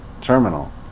terminal